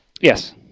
yes